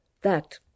That